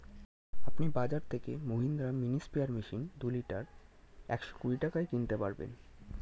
আপনি বাজর থেকে মহিন্দ্রা মিনি স্প্রেয়ার মেশিন দুই লিটার একশো কুড়ি টাকায় কিনতে পারবেন